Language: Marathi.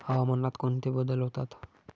हवामानात कोणते बदल होतात?